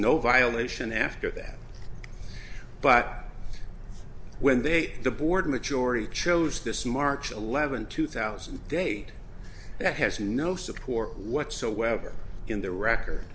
no violation after that but when they the board majority chose this march eleventh two thousand and eight that has no support whatsoever in the record